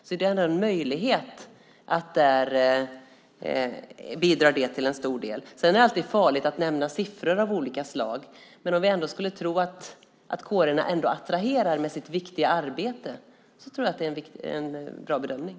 Då bidrar det till en stor del. Det är alltid farligt att nämna siffror av olika slag, men om vi ändå skulle tro att kårerna attraherar med sitt viktiga arbete är det en bra bedömning.